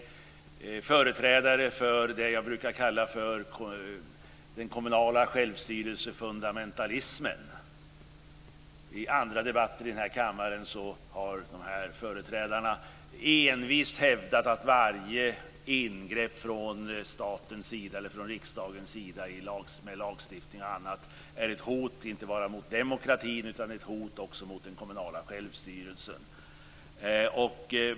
De är företrädare för det jag brukar kalla för den kommunala självstyrelsefundamentalismen. I andra debatter i kammaren har dessa företrädare envist hävdat att varje ingrepp från statens eller riksdagens sida i form av lagstiftning osv. är ett hot inte bara mot demokratin utan också mot den kommunala självstyrelsen.